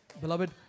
Beloved